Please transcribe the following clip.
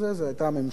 זו היתה הממשלה.